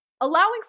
allowing